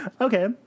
Okay